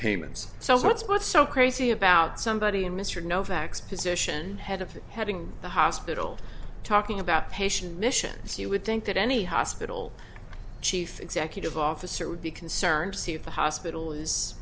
payments so what's what's so crazy about somebody in mr novak's position head of heading the hospital talking about patient missions you would think that any hospital chief executive officer would be concerned see if the hospital is